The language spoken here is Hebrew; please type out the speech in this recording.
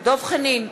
דב חנין,